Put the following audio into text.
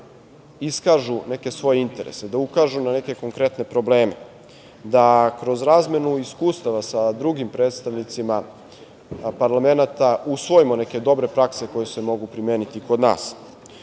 iskažu neke svoje interese, da ukažu na neke konkretne probleme, da kroz razmenu iskustava sa drugim predstavnicima parlamenata, usvojimo neke dobre prakse, koje se mogu primeniti kod nas.